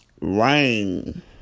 Rain